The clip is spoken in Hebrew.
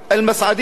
אל-מסעדיה,